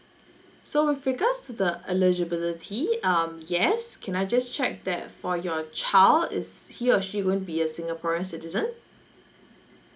so with regards to the eligibility um yes can I just check that for your child is he or she going to be a singaporean citizen